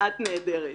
את נהדרת.